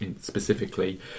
specifically